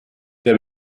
der